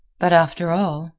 but after all,